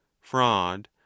fraud